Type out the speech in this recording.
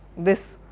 this,